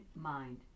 mind